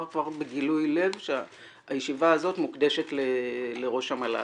כבר בגילוי לב שהישיבה הזאת מוקדשת לראש המל"ל.